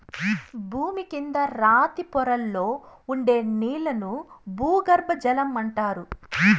భూమి కింద రాతి పొరల్లో ఉండే నీళ్ళను భూగర్బజలం అంటారు